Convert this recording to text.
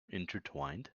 intertwined